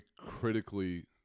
critically